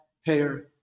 hair